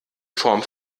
form